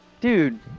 Dude